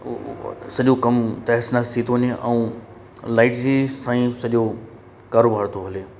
सॼो कमु तहस नहस थो थी वञे लाइट जे सां ही सॼो कारोबार थो हले